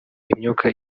imyuka